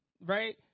right